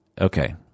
okay